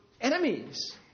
enemies